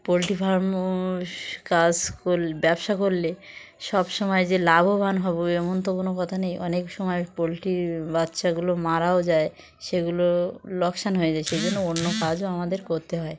poultry ফার্মও কাজ করলে ব্যবসা করলে সবসময় যে লাভবান হবো এমন তো কোনো কথা নেই অনেক সময় পোলট্রির বাচ্চাগুলো মারাও যায় সেগুলো লোকসান হয়ে যায় সেই জন্য অন্য কাজও আমাদের করতে হয়